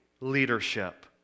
leadership